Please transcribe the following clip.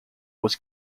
was